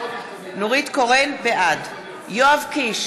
בעד יואב קיש,